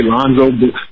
Lonzo